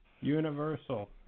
universal